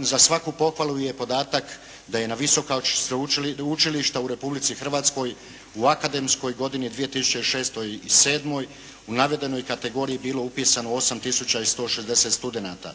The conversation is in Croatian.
Za svaku pohvalu je podatak da je na visoka sveučilišta u Republici Hrvatskoj u akademskoj godini 2006. i 2007. u navedenoj kategoriji bilo upisano 8 tisuća 160 studenata.